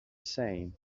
same